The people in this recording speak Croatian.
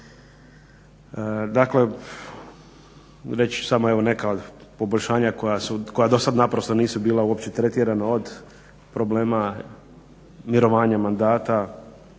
Dakle, reći ću samo neka od poboljšanja koja dosad naprosto nisu bila uopće tretirana od problema mirovanja mandata